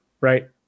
right